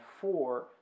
four